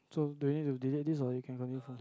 so do you need to delete this or you can continue from